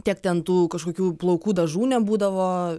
tiek ten tų kažkokių plaukų dažų nebūdavo